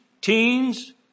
teens